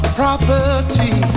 property